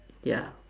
ya